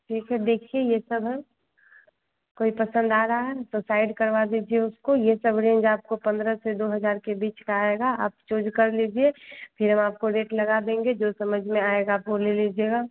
ठीक है देखिए यह सब है कोई पसन्द आ रहा है तो साइड करवा दीजिए उसको यह सब रेन्ज आपको पन्द्रह से दो हज़ार के बीच का आएगा आप चूज कर लीजिए फिर हम आपको रेट लगा देंगे जो समझ में आएगा वह ले लीजिएगा